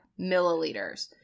milliliters